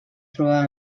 trobava